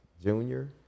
Junior